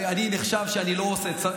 אני נחשב שאני לא עושה,